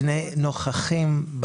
שני נוכחים,